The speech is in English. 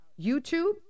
YouTube